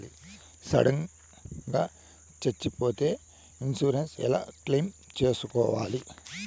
Sudden గా సచ్చిపోతే insurance ఎలా క్లెయిమ్ సేసుకోవాలి?